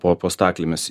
po po staklėmis